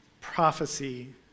prophecy